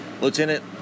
Lieutenant